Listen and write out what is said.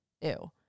Ew